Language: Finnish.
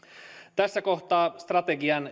tässä kohtaa strategian